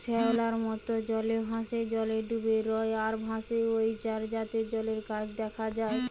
শ্যাওলার মত, জলে ভাসে, জলে ডুবি রয় আর ভাসে ঔ চার জাতের জলের গাছ দিখা যায়